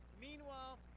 meanwhile